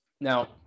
Now